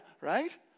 right